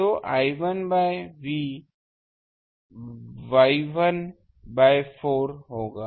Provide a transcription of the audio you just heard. तो I1 by V Y1बाय 4 होगा